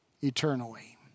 eternally